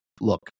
look